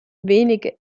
wenige